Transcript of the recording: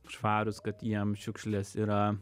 švarūs kad jiem šiukšlės yra